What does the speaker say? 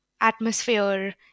atmosphere